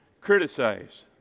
Criticize